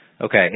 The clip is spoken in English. Okay